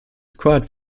required